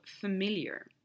familiar